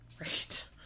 Right